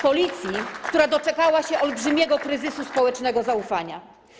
Policji, która doczekała się olbrzymiego kryzysu społecznego zaufania.